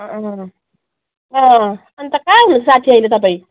अन्त कहाँ हुनु हुन्छ साथी अहिले तपाईँ